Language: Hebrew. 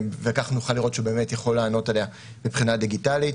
וכך נוכל לראות שהוא באמת יכול לענות עליה מבחינה דיגיטלית,